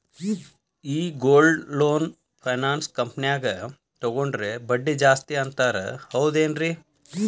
ಈ gold loan finance ಕಂಪನ್ಯಾಗ ತಗೊಂಡ್ರೆ ಬಡ್ಡಿ ಜಾಸ್ತಿ ಅಂತಾರ ಹೌದೇನ್ರಿ?